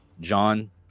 John